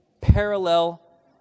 parallel